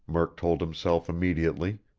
murk told himself immediately.